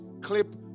clip